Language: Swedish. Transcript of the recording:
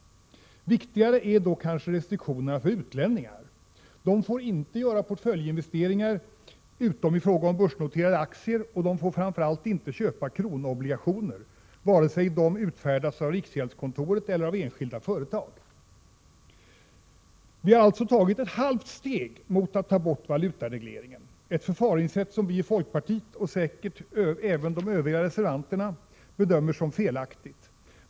Viktigare är då kanske restriktionerna för utlänningar! De får inte göra portföljinvesteringar utom i fråga om börsnoterade aktier, och de får framför allt inte köpa kronobligationer, vare sig dessa utfärdas av riksgäldskontoret eller av enskilda företag. Vi har alltså tagit ”ett halvt steg” mot att ta bort valutaregleringen, ett förfaringssätt som vi i folkpartiet — och säkert även de övriga reservanterna — bedömer som felaktigt!